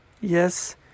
Yes